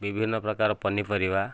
ବିଭିନ୍ନ ପ୍ରକାର ପନିପରିବା